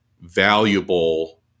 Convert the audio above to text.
valuable